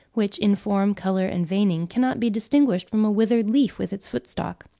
which, in form, colour and veining, cannot be distinguished from a withered leaf with its footstalk.